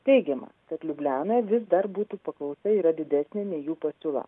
teigiama kad liublianoje vis dar butų paklausa yra didesnė nei jų pasiūla